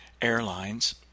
airlines